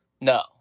No